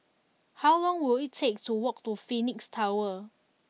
how long will it take to walk to Phoenix Tower